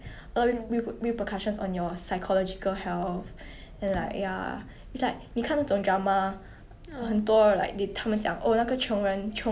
yeah